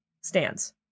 stands